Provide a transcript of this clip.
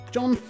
John